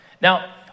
Now